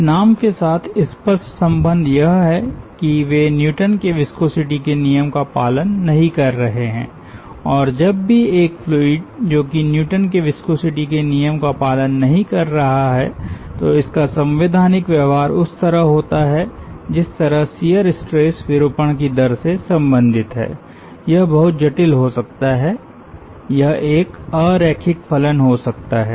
इस नाम के साथ स्पष्ट संबंध यह है कि वे न्यूटन के विस्कोसिटी के नियम का पालन नहीं कर रहे हैं और जब भी एक फ्लूइड जो कि न्यूटन के विस्कोसिटी के नियम का पालन नहीं कर रहा है तो इसका संवैधानिक व्यवहार उस तरह होता है जिस तरह शियर स्ट्रेस विरूपण की दर से संबंधित है यह बहुत जटिल हो सकता है यह एक अरैखिक फलन हो सकता है